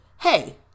hey